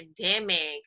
pandemic